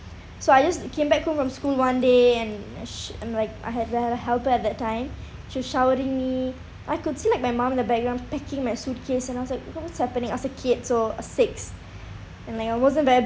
so I just came back home from school one day and s~ I'm like I had a a helper at that time she was showering me I could see like my mom in the background packing my suitcase and I was like I don't know what's happening I was a kid so at six and uh I wasn't that